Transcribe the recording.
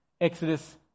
Exodus